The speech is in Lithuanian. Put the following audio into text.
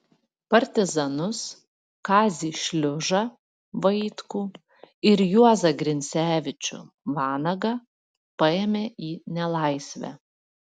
partizanus kazį šliužą vaitkų ir juozą grincevičių vanagą paėmė į nelaisvę